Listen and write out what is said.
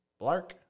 Blark